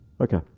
Okay